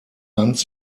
hans